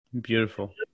Beautiful